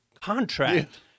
contract